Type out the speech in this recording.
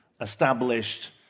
established